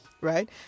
Right